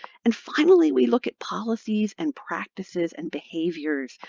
and finally, we look at policies, and practices, and behaviors.